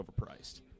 overpriced